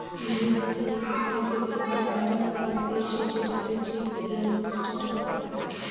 দুই হাজার একুশ থেকে ব্যাঙ্কে নতুন পলিসি এসেছে যাতে চেক ক্লিয়ারিং স্টেটাস দেখাতে হবে